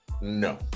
No